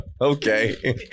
Okay